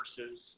versus